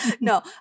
No